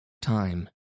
time